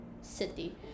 city